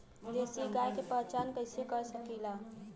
देशी गाय के पहचान कइसे कर सकीला?